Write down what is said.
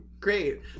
great